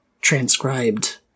transcribed